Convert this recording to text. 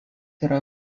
yra